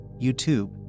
YouTube